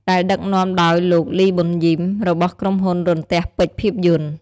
ដែលដឹកនាំដោយ លី ប៊ុនយីម របស់ក្រុមហ៊ុនរន្ទះពេជ្រភាពយន្ត ។